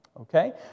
okay